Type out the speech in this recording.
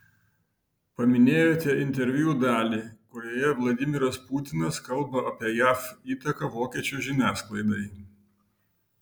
paminėjote interviu dalį kurioje vladimiras putinas kalba apie jav įtaką vokiečių žiniasklaidai